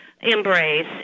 embrace